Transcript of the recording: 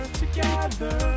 together